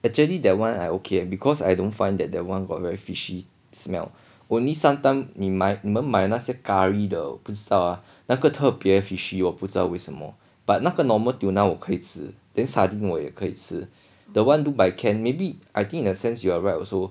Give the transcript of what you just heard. actually that one I okay because I don't find that that one got very fishy smell only sometime 你们买那些 curry 的 uh 那个特别 fishy 我不知道为什么 but 那个 normal tuna 我可以吃 then sardine 我也可以吃 the one look by can maybe I think in a sense you are right also